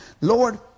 Lord